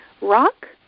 rock